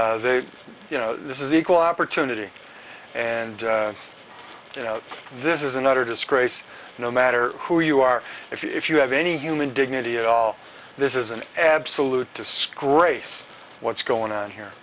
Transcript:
say you know this is equal opportunity and you know this is an utter disgrace no matter who you are if you have any human dignity at all this is an absolute disgrace what's going on here